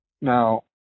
Now